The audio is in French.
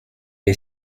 est